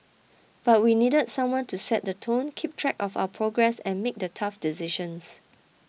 but we needed someone to set the tone keep track of our progress and make the tough decisions